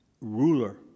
ruler